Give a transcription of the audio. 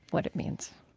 what it means?